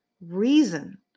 reason